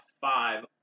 five